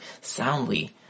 soundly